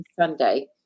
Sunday